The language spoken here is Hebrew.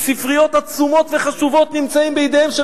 ספריות עצומות וחשובות של היהדות נמצאות בידיהם,